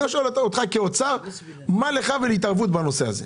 אני שואל אותך כאוצר, מה לך ולהתערבות בנושא הזה.